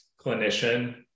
clinician